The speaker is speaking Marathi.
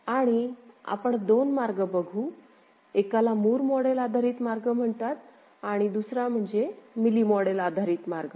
आणि आपण २ मार्ग बघू एकाला मूर मॉडेल आधारित मार्ग म्हणतात आणि दुसरा म्हणजे मिली मॉडेल आधारित मार्ग